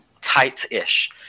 tight-ish